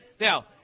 Now